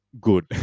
good